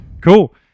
cool